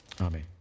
Amen